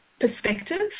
perspective